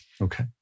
Okay